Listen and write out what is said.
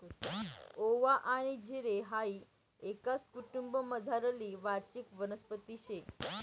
ओवा आनी जिरे हाई एकाच कुटुंबमझारली वार्षिक वनस्पती शे